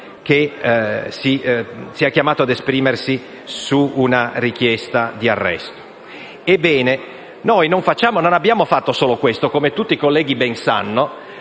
riesame chiamato a esprimersi su una richiesta di arresto. Ebbene, noi non abbiamo fatto solo questo. Come tutti i colleghi ben sanno,